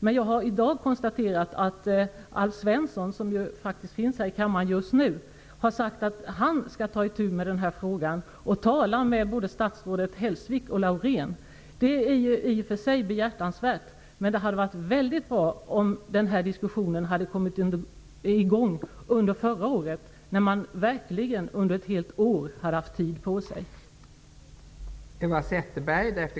Men jag har i dag konstaterat att Alf Svensson, som faktiskt är här i kammaren just nu, har sagt att han skall ta itu med den här frågan och tala med både statsrådet Hellsvik och statsrådet Laurén. Det är i och för sig behjärtansvärt, men det hade varit väldigt bra om den här diskussionen hade kommit i gång under förra året. Då hade man verkligen haft tid på sig under ett helt år.